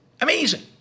amazing